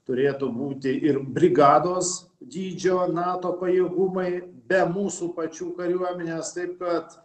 turėtų būti ir brigados dydžio nato pajėgumai be mūsų pačių kariuomenės taip kad